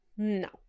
no